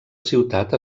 ciutat